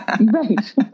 Right